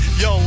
yo